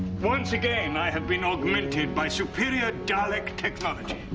once again i have been augmented by superior dalek technology,